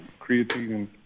creatine